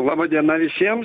laba diena visiems